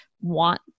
want